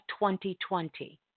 2020